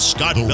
Scott